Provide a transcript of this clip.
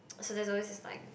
so there's always this like